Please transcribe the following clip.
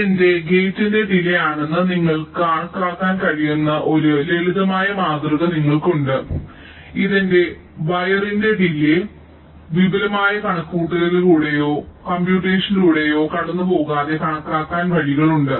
ഇത് എന്റെ ഗേറ്റിന്റെ ഡിലേയ് ആണെന്ന് നിങ്ങൾക്ക് കണക്കാക്കാൻ കഴിയുന്ന ഒരു ലളിതമായ മാതൃക നിങ്ങൾക്കുണ്ട് ഇത് എന്റെ വയറിന്റെ ഡിലേയ് വിപുലമായ കണക്കുകൂട്ടലിലൂടെയോ കംപ്യുറ്റേഷനിലൂടെയോ കടന്നുപോകാതെ കണക്കാക്കാൻ വഴികളുണ്ട്